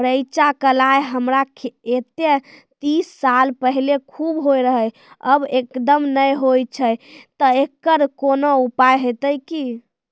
रेचा, कलाय हमरा येते तीस साल पहले खूब होय रहें, अब एकदम नैय होय छैय तऽ एकरऽ कोनो उपाय हेते कि?